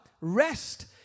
rest